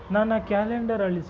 ನನ್ನ ಕ್ಯಾಲೆಂಡರ್ ಅಳಿಸು